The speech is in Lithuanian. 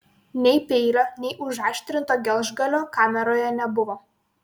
nei peilio nei užaštrinto gelžgalio kameroje nebuvo